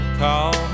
call